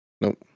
Nope